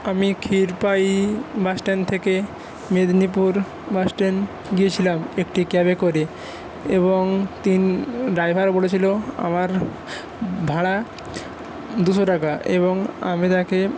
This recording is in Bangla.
আমি ক্ষীরপাই বাসস্ট্যান্ড থেকে মেদিনীপুর বাসস্ট্যান্ড গেছিলাম একটি ক্যাবে করে এবং তিন ড্রাইভার বলেছিল আমার ভাড়া দুশো টাকা এবং আমি তাকে